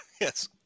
yes